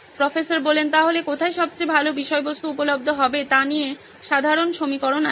professor তাহলে কোথায় সবচেয়ে ভালো বিষয়বস্তু উপলব্ধ হবে তা নিয়ে সাধারণ সমীকরণ আছে